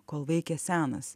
kol veikia senas